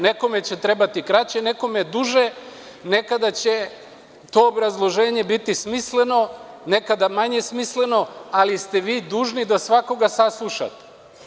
Nekome će trebati kraće, nekome duže, nekada će to obrazloženje biti smisleno, nekada manje smisleno, ali ste vi dužni da svakoga saslušate.